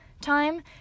time